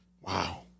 Wow